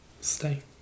Stay